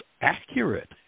accurate